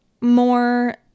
more